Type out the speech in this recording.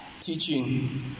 teaching